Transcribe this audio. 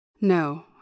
No